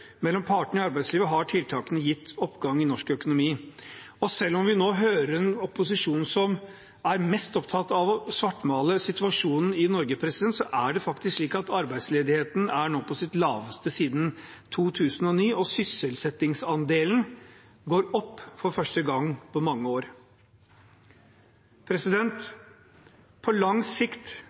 mellom partene i arbeidslivet har tiltakene gitt oppgang i norsk økonomi. Selv om vi nå hører en opposisjon som er mest opptatt av å svartmale situasjonen i Norge, er faktisk arbeidsledigheten nå på sitt laveste siden 2009, og sysselsettingsandelen går opp for første gang på mange år. På lang sikt